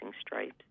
stripes